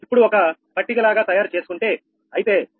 ఇప్పుడు ఒక పట్టిక లాగా తయారు చేసుకుంటే అయితే 𝜆39